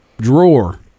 drawer